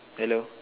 hello